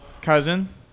cousin